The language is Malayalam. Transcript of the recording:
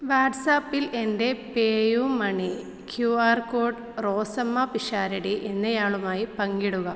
വാട്ട്സാപ്പിൽ എൻ്റെ PayUmoney QR code Rosamma Pisharody എന്നയാളുമായി പങ്കിടുക